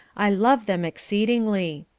i love them exceedingly